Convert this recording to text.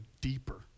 deeper